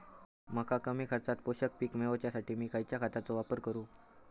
मका कमी खर्चात पोषक पीक मिळण्यासाठी मी खैयच्या खतांचो वापर करू?